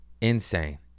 Insane